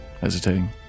Hesitating